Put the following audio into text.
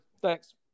Thanks